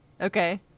Okay